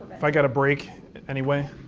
if i gotta break anyway.